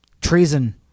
treason